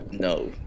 No